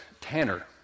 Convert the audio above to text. Tanner